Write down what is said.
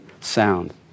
sound